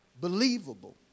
believable